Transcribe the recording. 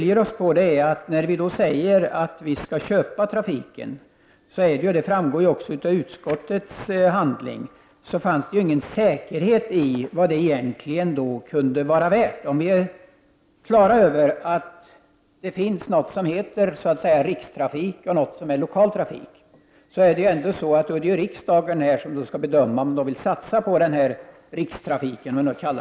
Men uppfattningarna skiljs åt när det handlar om att trafiken skall köpas. Det framgår även av utskottsbetänkandet att det inte var säkert vad detta kunde vara värt. Om vi är på det klara med att det finns något som heter rikstrafik och något som heter lokaltrafik är det ju riksdagen som skall bedöma om den vill satsa på rikstrafiken.